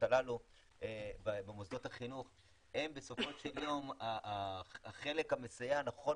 הללו במוסדות החינוך הן בסופו של יום החלק המסייע הנכון